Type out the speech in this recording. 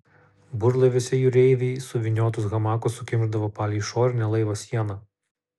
burlaiviuose jūreiviai suvyniotus hamakus sukimšdavo palei išorinę laivo sieną